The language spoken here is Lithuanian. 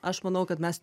aš manau kad mes